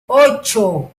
ocho